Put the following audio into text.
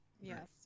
Yes